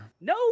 No